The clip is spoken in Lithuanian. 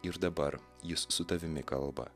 ir dabar jis su tavimi kalba